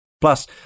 Plus